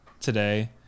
today